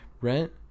rent